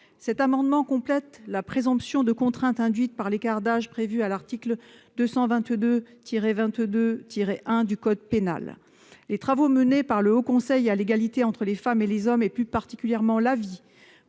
Cet amendement tend à compléter la présomption de contrainte induite par l'écart d'âge prévue à l'article 222-22-1 du code pénal. Les travaux menés par le Haut Conseil à l'égalité entre les femmes et les hommes, et plus particulièrement son avis